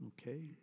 okay